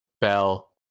Bell